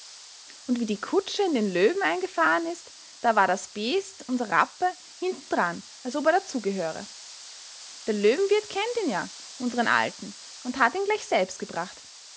und wie die kutsche in den löwen eingefahren ist da war das beest unser rappe hintendran als ob er dazu gehörte der löwenwirt kennt ihn ja unseren alten und hat ihn gleich selbst gebracht